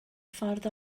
ffordd